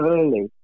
early